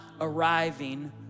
arriving